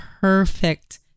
perfect